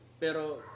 Pero